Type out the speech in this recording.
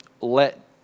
let